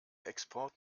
export